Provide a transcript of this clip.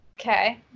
Okay